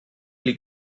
pli